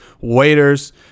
waiters